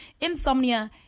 Insomnia